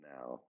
now